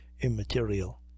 immaterial